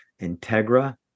integra